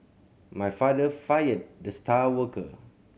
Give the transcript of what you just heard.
my father fired the star worker